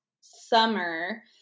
summer